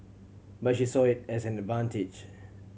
but she saw it as an advantage